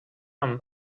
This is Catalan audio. amb